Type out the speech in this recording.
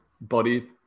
body